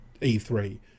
E3